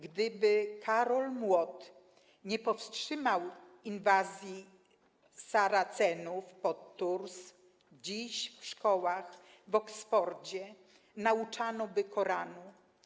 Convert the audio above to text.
Gdyby Karol Młot nie powstrzymał inwazji Saracenów pod Tours, dziś w szkołach w Oksfordzie nauczano by Koranu.